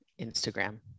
Instagram